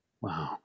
Wow